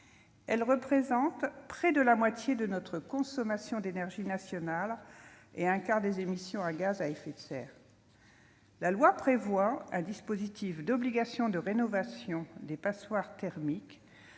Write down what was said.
Elle représente près de la moitié de notre consommation d'énergie nationale, et un quart des émissions de gaz à effet de serre. Le projet de loi prévoit un dispositif d'obligation de rénovation des passoires thermiques